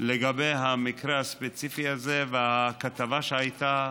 לגבי המקרה הספציפי הזה והכתבה שהייתה.